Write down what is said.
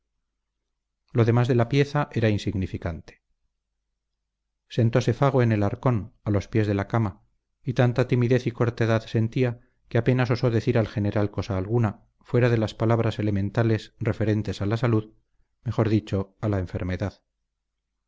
lo demás de la pieza era insignificante sentose fago en el arcón a los pies de la cama y tanta timidez y cortedad sentía que apenas osó decir al general cosa alguna fuera de las palabras elementales referentes a la salud mejor dicho a la enfermedad